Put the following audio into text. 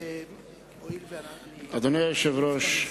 אדוני היושב-ראש,